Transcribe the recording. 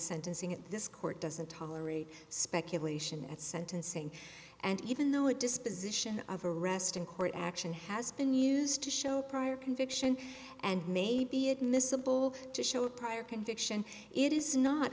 sentencing at this court doesn't tolerate speculation at sentencing and even though a disposition of arrest in court action has been used to show prior conviction and may be admissible to show a prior conviction it is not